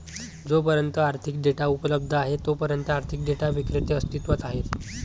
जोपर्यंत आर्थिक डेटा उपलब्ध आहे तोपर्यंत आर्थिक डेटा विक्रेते अस्तित्वात आहेत